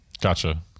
Gotcha